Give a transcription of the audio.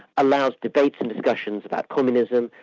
allowed debates and discussion about communism,